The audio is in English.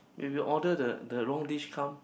if you order the the wrong dish come